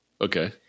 Okay